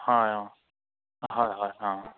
হয় অঁ হয় হয় অঁ